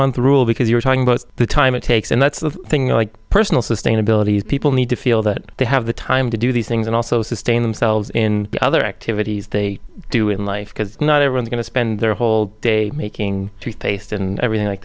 month rule because you're talking about the time it takes and that's the thing like personal sustainability is people need to feel that they have the time to do these things and also sustain themselves in the other activities they do in life because not everyone going to spend their whole day making toothpaste and everything like